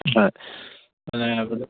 হয় মানে